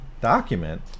document